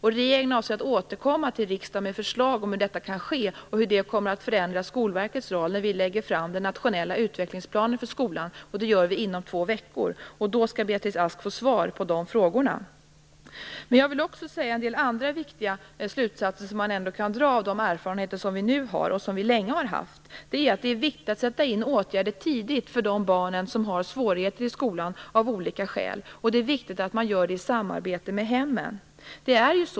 I regeringen avser vi att återkomma till riksdagen om hur detta kan ske och hur det kommer att förändra Skolverkets roll när vi lägger fram den nationella utvecklingsplanen för skolan. Det gör vi inom två veckor. Då skall Beatrice Ask få svar på de frågorna. Men man kan också dra en del andra viktiga slutsatser av de erfarenheter som vi nu har och länge har haft. Det är viktigt att sätta in åtgärder tidigt för de barn som har svårigheter i skolan av olika skäl, och det är viktigt att man gör det i samarbete med hemmen.